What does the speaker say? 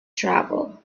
travel